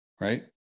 right